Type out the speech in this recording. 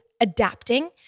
adapting